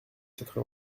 quatre